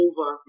over